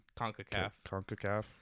CONCACAF